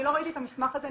אני לא ראיתי את המסמך הזה.